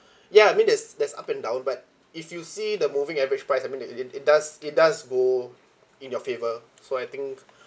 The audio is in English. ya I mean there's there's up and down but if you see the moving average price I mean the it it it does it does go in your favour so I think